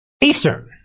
Eastern